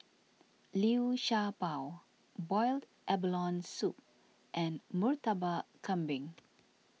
Liu Sha Bao Boiled Abalone Soup and Murtabak Kambing